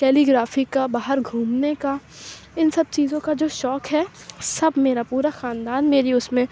calligraphy کا باہر گھومنے کا اِن سب چیزوں کا جو شوق ہے سب میرا پورا خاندان میری اُس میں